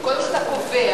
קודם אתה קובע,